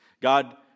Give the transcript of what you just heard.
God